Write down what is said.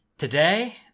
Today